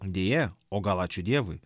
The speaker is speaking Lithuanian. deja o gal ačiū dievui